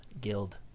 guild